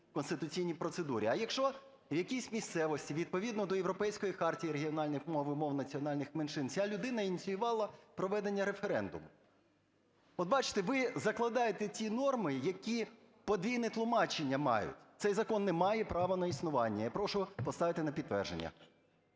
конституційній процедурі". А якщо в якійсь місцевості відповідно до Європейської хартії регіональних мов і мов національних меншин ця людина ініціювала проведення референдуму? От, бачите, ви закладаєте ті норми, які подвійне тлумачення мають. Цей закон не має права на існування. Я прошу поставити на підтвердження.